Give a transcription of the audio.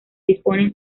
disponen